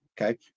okay